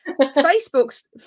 Facebook's